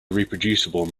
reproducible